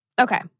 Okay